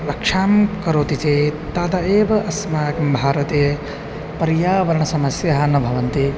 रक्षां करोति चेत् तदा एव अस्माकं भारते पर्यावरणसमस्याः न भवन्ति